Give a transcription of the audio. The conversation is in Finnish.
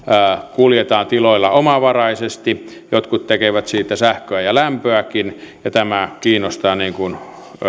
kuljetaan tiloilla omavaraisesti jotkut tekevät siitä sähköä ja lämpöäkin ja tämä kiinnostaa niin kuin